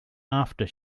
after